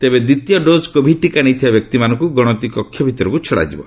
ତେବେ ଦ୍ୱିତୀୟ dose Covid ଟିକା ନେଇଥିବା ବ୍ୟକ୍ତିମାନଙ୍କୁ ଗଣତି କକ୍ଷ ଭିତରକୁ ଛଡ଼ାଯିବ